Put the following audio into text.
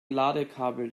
ladekabel